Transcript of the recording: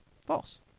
false